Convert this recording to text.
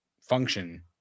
function